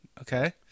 Okay